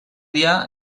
dia